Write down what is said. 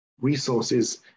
resources